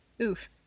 oof